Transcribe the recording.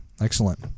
Excellent